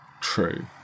True